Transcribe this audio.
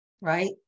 right